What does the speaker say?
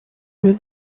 jeu